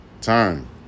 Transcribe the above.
time